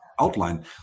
outline